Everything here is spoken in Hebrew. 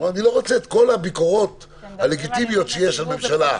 --- אני לא רוצה את כל הביקורות הלגיטימיות שיש על הממשלה,